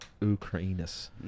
Ukrainus